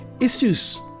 issues